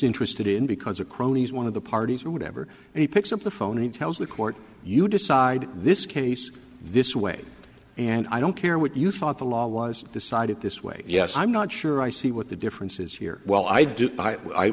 interested in because of cronies one of the parties or whatever and he picks up the phone and tells the court you decide this case this way and i don't care what you thought the law was decided this way yes i'm not sure i see what the difference is here well i do